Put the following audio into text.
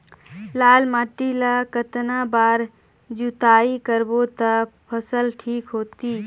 लाल माटी ला कतना बार जुताई करबो ता फसल ठीक होती?